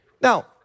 Now